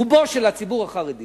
רובו של הציבור החרדי